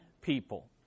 people